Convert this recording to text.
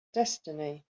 destiny